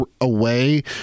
away